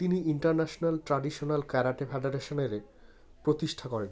তিনি international traditional karate ফ্যাডারেশানের প্রতিষ্ঠা করেন